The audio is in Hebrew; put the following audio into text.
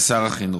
לשר החינוך: